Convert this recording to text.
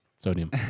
Sodium